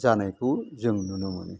जानायखौ जों नुनो मोनो